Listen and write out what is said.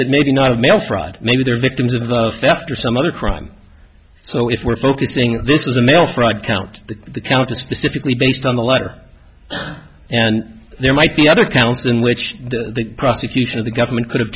but maybe not of mail fraud maybe they're victims of of theft or some other crime so if we're focusing this is a mail fraud count the count is specifically based on the letter and there might be other counts in which the prosecution of the government could have